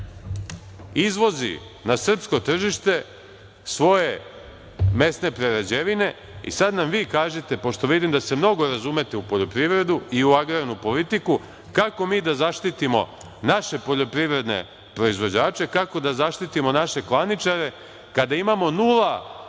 izvozi na srpsko tržište svoje mesne prerađevine. Sad nam vi kažite, pošto vidim da se mnogo razumete u poljoprivredu i agrarnu politiku, kako mi da zaštitimo naše poljoprivredne proizvođače, kako da zaštitimo naše klaničare kada imamo 0% carine na